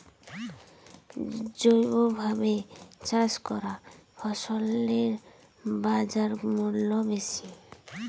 জৈবভাবে চাষ করা ফসলের বাজারমূল্য বেশি